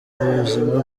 buzima